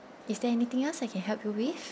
is there anything else I can help you with